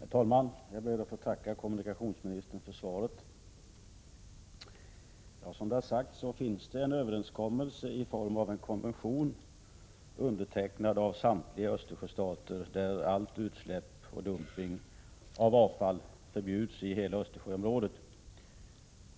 Herr talman! Jag ber att få tacka kommunikationsministern för svaret. Som det har sagts finns det en överenskommelse i form av en konvention, undertecknad av samtliga Östersjöstater, där allt utsläpp och all dumpning av avfall förbjuds i hela Östersjöområdet.